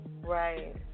Right